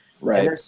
right